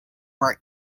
were